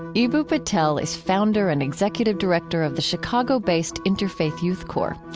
eboo patel is founder and executive director of the chicago-based interfaith youth core.